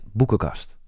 boekenkast